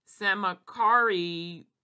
Samakari